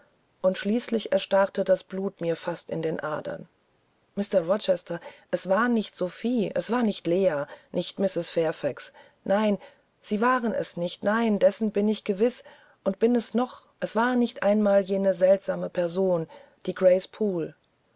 und schließlich erstarrte das blut mir fast in den adern mr rochester es war nicht sophie es war nicht leah nicht mrs fairfax nein sie waren es nicht nein dessen war ich gewiß und bin es noch es war nicht einmal jene seltsame person die